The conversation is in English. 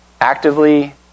Actively